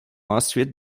ensuite